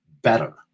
better